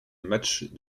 matches